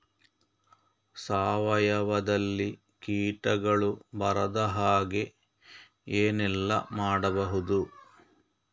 ಸಾವಯವದಲ್ಲಿ ಕೀಟಗಳು ಬರದ ಹಾಗೆ ಏನೆಲ್ಲ ಮಾಡಬಹುದು?